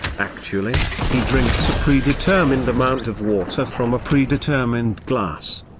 actually, he drinks a predetermined amount of water from a predetermined glass.